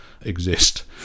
exist